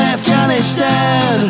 Afghanistan